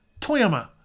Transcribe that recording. Toyama